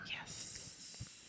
Yes